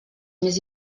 més